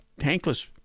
tankless